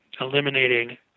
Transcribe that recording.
eliminating